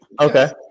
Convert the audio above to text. Okay